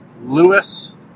Lewis